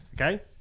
Okay